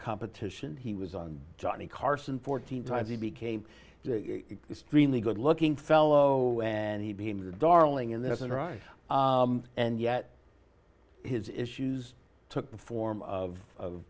competition he was on johnny carson fourteen times he became extremely good looking fellow and he became a darling in there isn't right and yet his issues took the form of